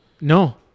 No